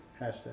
Hashtag